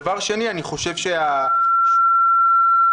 הנושא הראשון הוא בנוגע להבחנה